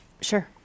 Sure